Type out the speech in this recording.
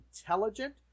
intelligent